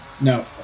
No